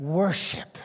worship